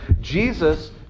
Jesus